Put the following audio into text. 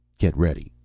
get ready.